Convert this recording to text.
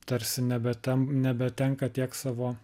tarsi nebe tam nebetenka tiek savo